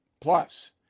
Plus